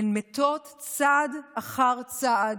הן מתות צעד אחר צעד,